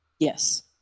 Yes